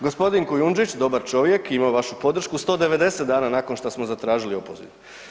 Gospodin Kujundžić dobar čovjek i ima vašu podršku, 190 dana nakon šta smo zatražili opoziv.